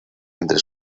entre